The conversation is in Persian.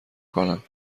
کنم